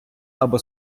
або